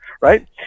right